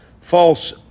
false